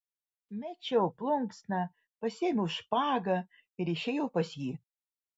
mečiau plunksną pasiėmiau špagą ir išėjau pas jį